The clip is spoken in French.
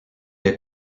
est